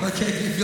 לא פועלים.